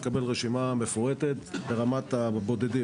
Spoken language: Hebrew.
תקבל רשימה מפורטת ברמת הבודדים.